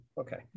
okay